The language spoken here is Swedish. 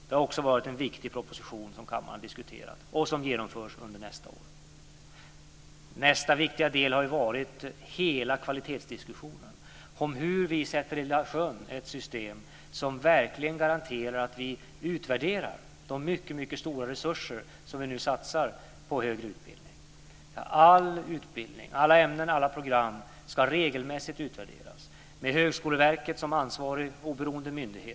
Det har varit en viktig proposition som kammaren har diskuterat och som ska genomföras nästa år. Nästa viktiga del har varit hela kvalitetsdiskussionen, om hur vi ska sätta i sjön ett system som verkligen garanterar att vi utvärderar de mycket stora resurser som vi nu satsar på högre utbildning. All utbildning, alla ämnen och alla program, ska regelmässigt utvärderas. Högskoleverket ska vara ansvarig oberoende myndighet.